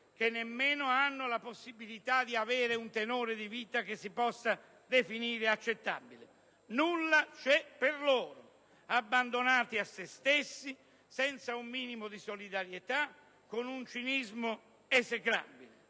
che nemmeno hanno la possibilità di avere un tenore di vita che si possa definire accettabile. Nulla c'è per loro, abbandonati a se stessi, senza un minimo di solidarietà, con un cinismo esecrabile.